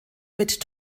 mit